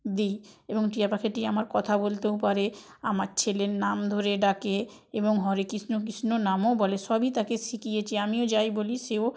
দিই এবং টিয়া পাখিটি আমার কথা বলতেও পারে আমার ছেলের নাম ধরে ডাকে এবং হরে কৃষ্ণ কৃষ্ণ নামও বলে সবই তাকে শিখিয়েছি আমিও যাই বলি সেও